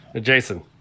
Jason